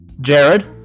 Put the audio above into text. Jared